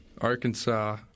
Arkansas